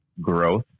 growth